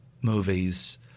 Movies